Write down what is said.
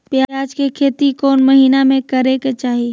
प्याज के खेती कौन महीना में करेके चाही?